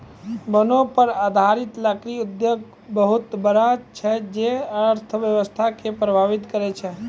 वनो पर आधारित लकड़ी उद्योग बहुत बड़ा छै जे अर्थव्यवस्था के प्रभावित करै छै